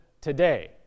today